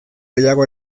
gehiago